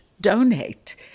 Donate